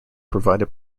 provided